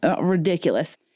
ridiculous